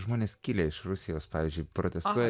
žmonės kilę iš rusijos pavyzdžiui protestuotojai